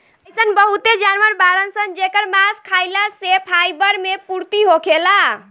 अइसन बहुते जानवर बाड़सन जेकर मांस खाइला से फाइबर मे पूर्ति होखेला